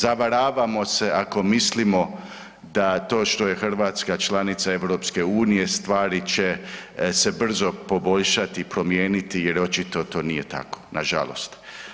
Zavaravamo se ako mislimo da to što je Hrvatska članica EU stvari će se brzo poboljšati i promijeniti jer očito to nije tako, nažalost.